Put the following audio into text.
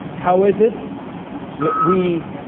how is it that we?